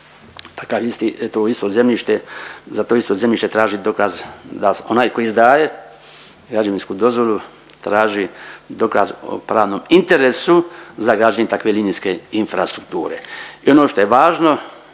to isto zemljište, za to isto zemljište traži dokaz da, onaj koji izdaje građevinsku dozvolu traži dokaz o pravnom interesu za građenje takve linijske infrastrukture. I ono što je važno,